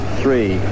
three